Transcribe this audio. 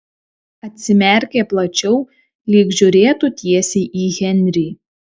atsimerkė plačiau lyg žiūrėtų tiesiai į henrį